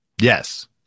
Yes